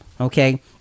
okay